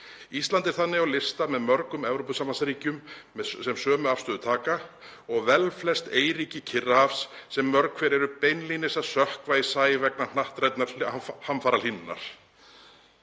Ísland er þannig á lista með mörgum Evrópusambandsríkjum sem sömu afstöðu taka og velflest eyríki Kyrrahafs, sem mörg hver eru beinlínis að sökkva í sæ vegna hnattrænnar hamfarahlýnunar.“